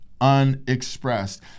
unexpressed